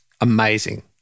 amazing